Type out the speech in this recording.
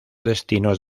destinos